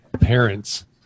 parents